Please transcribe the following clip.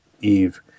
Eve